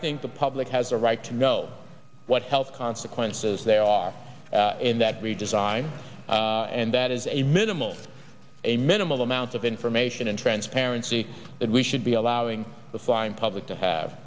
think the public has a right to know what health consequences there are in that very design and that is a minimal a minimal amount of information and transparency that we should be allowing the flying public to have